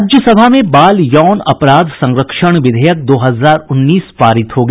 राज्यसभा में बाल यौन अपराध संरक्षण विधेयक दो हजार उन्नीस पारित हो गया